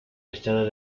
estado